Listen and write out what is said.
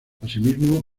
asimismo